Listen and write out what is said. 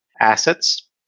assets